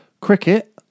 Cricket